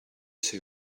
say